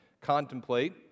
contemplate